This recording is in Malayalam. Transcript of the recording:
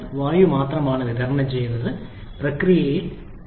ഞങ്ങൾ വായു മാത്രമാണ് വിതരണം ചെയ്യുന്നത് കഴിക്കുന്ന പ്രക്രിയയിൽ ഇന്ധനമില്ല